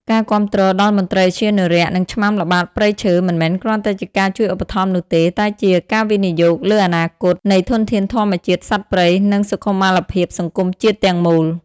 ការគាំទ្រដល់មន្ត្រីឧទ្យានុរក្ស និងឆ្មាំល្បាតព្រៃឈើ មិនមែនគ្រាន់តែជាការជួយឧបត្ថម្ភនោះទេ តែជា ការវិនិយោគលើអនាគត នៃធនធានធម្មជាតិ សត្វព្រៃ និងសុខុមាលភាពសង្គមជាតិទាំងមូល។